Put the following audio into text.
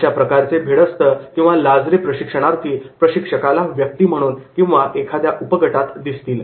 अशा प्रकारचे भिडस्त किंवा लाजरे प्रशिक्षणार्थी प्रशिक्षकाला व्यक्ती म्हणून किंवा एखाद्या उपगटात दिसतील